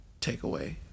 takeaway